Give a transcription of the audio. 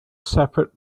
separate